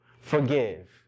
Forgive